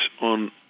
on